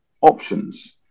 options